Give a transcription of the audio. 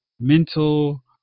Mental